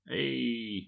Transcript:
Hey